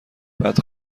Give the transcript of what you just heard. بعد